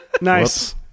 nice